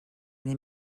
des